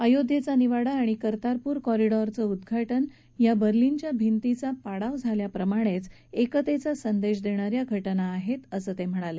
अयोध्येचा निवाडा आणि कर्तारपूर कॉरिडॉरचं उद्घाटन ह्या बर्लिनच्या भिंतीचा पाडाव झाल्याप्रमाणेच एकतेचा संदेश देणा या घटना आहेत असं ते म्हणाले